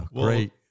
great